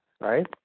right